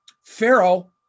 Pharaoh